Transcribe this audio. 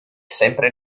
sempre